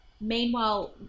Meanwhile